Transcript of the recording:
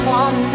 one